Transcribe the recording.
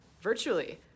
virtually